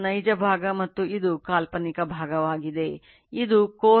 167 ಮತ್ತು j 0